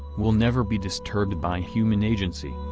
will never be disturbed by human agency.